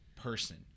person